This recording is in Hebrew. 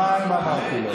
לך לרמאללה.